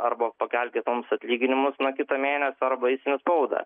arba pakelkit mums atlyginimus nuo kito mėnesio arba eisim į spaudą